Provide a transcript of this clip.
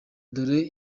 dore